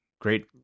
great